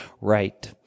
right